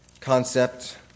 concept